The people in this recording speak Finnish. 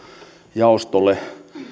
jaostolle